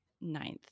ninth